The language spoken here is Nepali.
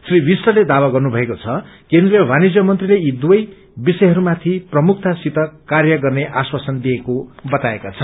श्री विष्टले दावा गर्नु भएको छ केन्द्रीय वाणिज्य मन्त्रीले यी दुवै विषयहरूमाथि प्रमुखतासित कार्य गर्ने आश्वासन दिएको बताएका छन्